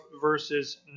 verses